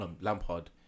Lampard